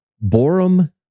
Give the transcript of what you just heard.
Borum